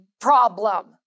problem